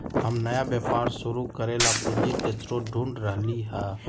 हम नया व्यापार शुरू करे ला पूंजी के स्रोत ढूढ़ रहली है